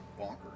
bonkers